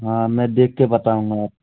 हाँ मैं देख के बताऊँगा आपको